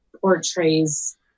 portrays